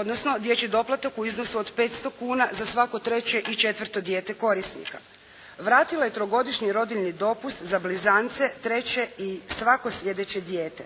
odnosno dječji doplatak u iznosu od 500 kuna za svako treće i četvrto dijete korisnika, vratila je trogodišnji rodiljni dopust za blizance, treće i svako slijedeće dijete.